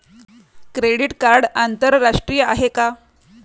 Credit card आंतरराष्ट्रीय आहे का?